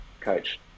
coach